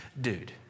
dude